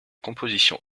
composition